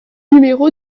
numéro